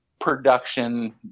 Production